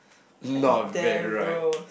not bad right